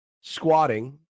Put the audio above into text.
squatting